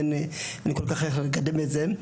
אין כל כך איך לקדם את זה,